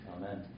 Amen